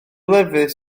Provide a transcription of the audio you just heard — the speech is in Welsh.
lefydd